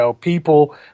people